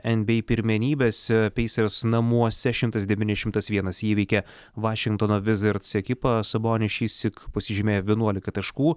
nba pirmenybėse peisers namuose šimtas devyni šimtas vienas įveikė vašingtono vizirds ekipą sabonis šįsyk pasižymėjo vienuolika taškų